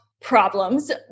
problems